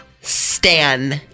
Stan